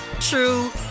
true